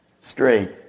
straight